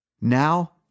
Now